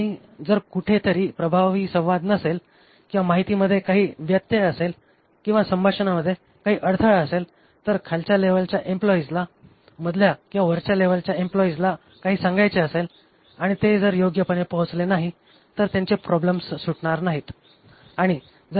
आणि जर कुठेतरी प्रभावी संवाद नसेल किंवा माहितीमध्ये काही व्यत्यय असेल किंवा संभाषणामध्ये काही अडथळा असेल तर खालच्या लेव्हलच्या एम्प्लॉईजला मधल्या किंवा वरच्या लेव्हलच्या एम्प्लॉईजला काही सांगायचे असेल आणि ते जर योग्यपणे पाहोचले नाही तर त्यांचे प्रॉब्लेम्स सुटणार नाहीत